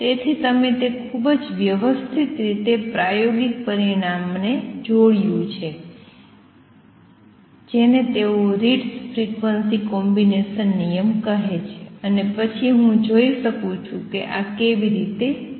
તેથી તમે તે ખૂબ જ વ્યવસ્થિત રીતે પ્રાયોગિક પરિણામને જોડિયું છે જેને તેઓ રીટ્ઝ ફ્રીક્વન્સી કોમ્બિનેશન નિયમ કહે છે અને પછી હું જોઈ શકું છું કે આ કેવી રીતે જોડી શકાય